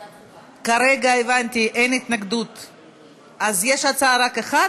רבותי, יש פה שתי הצעות,